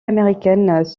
américaines